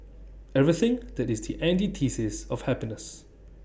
everything that is the antithesis of happiness